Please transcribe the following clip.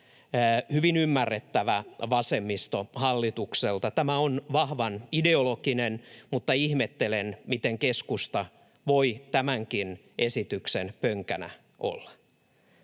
hyvin ymmärrettävä vasemmistohallitukselta. Tämä on vahvan ideologinen, mutta ihmettelen, miten keskusta voi tämänkin esityksen pönkänä olla.